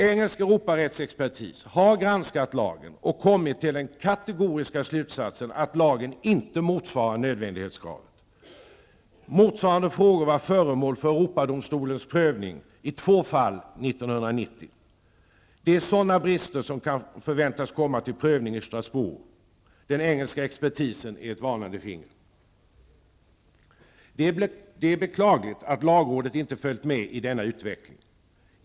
Engelsk Europarättsexpertis har granskat lagen och kommit till den kategoriska slutsatsen att lagen inte motsvarar nödvändighetskravet. Motsvarande frågor var föremål för Europadomstolens prövning i två fall 1990. Det är sådana brister som kan förväntas komma till prövning i Strasbourg. Den engelska expertisen är ett varnande finger. Det är beklagligt att lagrådet inte följt med i denna utveckling.